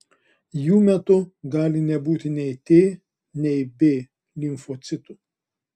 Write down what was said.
jų metu gali nebūti nei t nei b limfocitų